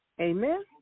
Amen